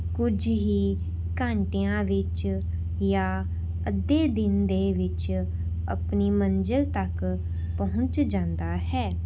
ਕੁੱਝ ਹੀ ਘੰਟਿਆਂ ਵਿੱਚ ਜਾਂ ਅੱਧੇ ਦਿਨ ਦੇ ਵਿੱਚ ਆਪਣੀ ਮੰਜ਼ਿਲ ਤੱਕ ਪਹੁੰਚ ਜਾਂਦਾ ਹੈ